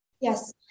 Yes